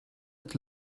het